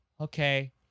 okay